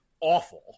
awful